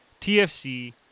TFC